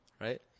right